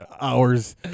hours